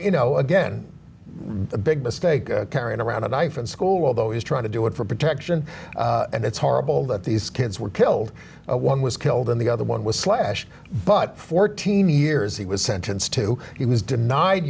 you know again a big mistake carrying around a knife in school although he's trying to do it for protection and it's horrible that these kids were killed one was killed and the other one was slashed but fourteen years he was sentenced to he was denied